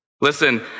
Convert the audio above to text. Listen